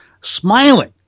smiling